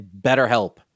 BetterHelp